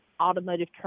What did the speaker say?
automotive